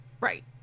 Right